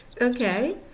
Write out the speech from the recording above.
Okay